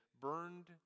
burned